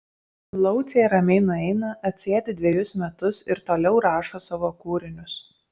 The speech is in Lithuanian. laucė ramiai nueina atsėdi dvejus metus ir toliau rašo savo kūrinius